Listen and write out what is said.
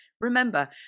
remember